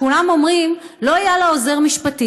כולם אומרים: לא היה לה עוזר משפטי,